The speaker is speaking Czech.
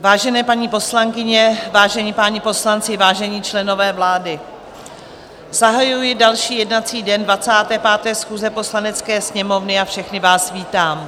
Vážené paní poslankyně, vážení páni poslanci, vážení členové vlády, zahajuji další jednací den 25. schůze Poslanecké sněmovny a všechny vás vítám.